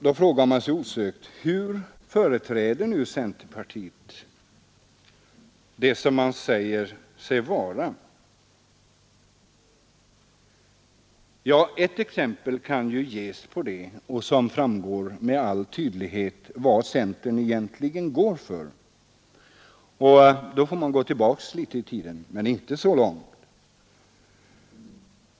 Då uppstår osökt frågan: Hur företräder nu centerpartiet det man säger sig vilja företräda? Ett exempel kan ges som med all tydlighet visar vad centern egentligen går för. Då får vi gå tillbaka i tiden, men inte så långt.